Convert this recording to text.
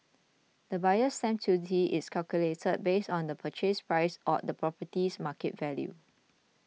the Buyer's Stamp Duty is calculated based on the Purchase Price or the property's market value